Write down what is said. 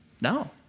no